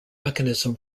mechanism